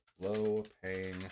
low-paying